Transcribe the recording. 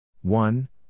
one